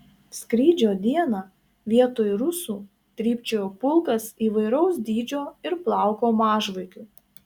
skrydžio dieną vietoj rusų trypčiojo pulkas įvairaus dydžio ir plauko mažvaikių